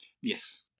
Yes